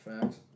facts